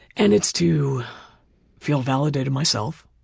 and it's to feel validated myself.